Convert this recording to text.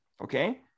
okay